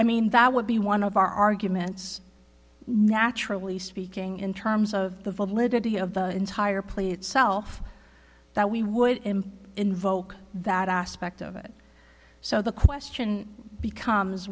i mean that would be one of our arguments naturally speaking in terms of the validity of the entire play itself that we would employ invoke that aspect of it so the question becomes